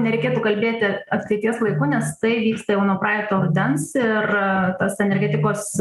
nereikėtų kalbėti ateities laiku nes tai vyksta jau nuo praeito rudens ir tas energetikos